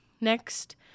next